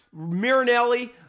Mirinelli